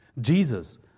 Jesus